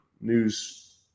news